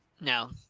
No